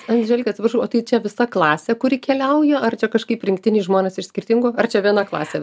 andželika atsiprašau o tai čia visa klasė kuri keliauja ar čia kažkaip rinktiniai žmonės iš skirtingų ar čia viena klasė